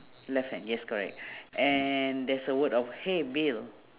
left hand yes correct and there's a word of hey bill